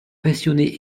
passionné